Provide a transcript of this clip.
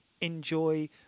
enjoy